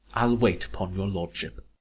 i'll wait upon your lordship.